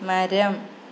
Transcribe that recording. മരം